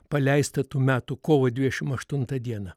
paleistą tų metų kovo dvidešimt aštuntą dieną